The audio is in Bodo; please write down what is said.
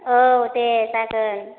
औ दे जागोन